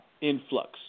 influx